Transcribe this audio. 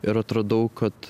ir atradau kad